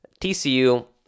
TCU